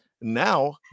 Now